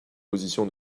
position